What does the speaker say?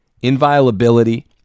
inviolability